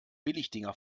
billigdinger